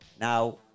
now